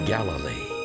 Galilee